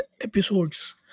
episodes